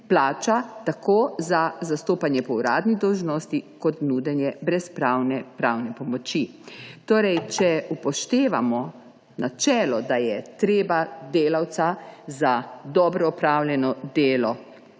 plača tako za zastopanje po uradni dolžnosti kot nudenje brezplačne pravne pomoči. Torej če upoštevamo načelo, da je treba delavca za dobro opravljeno delo